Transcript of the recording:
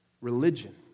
religion